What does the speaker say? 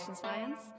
science